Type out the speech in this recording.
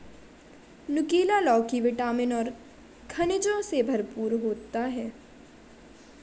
नुकीला लौकी विटामिन और खनिजों से भरपूर होती है